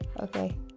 Okay